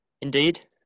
Indeed